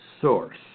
source